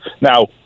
Now